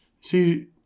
see